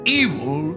evil